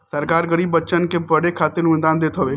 सरकार गरीब बच्चन के पढ़े खातिर अनुदान देत हवे